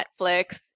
Netflix